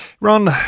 Ron